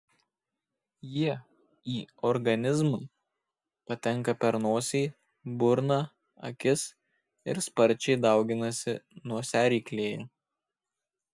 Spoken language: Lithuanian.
jie į organizmą patenka per nosį burną akis ir sparčiai dauginasi nosiaryklėje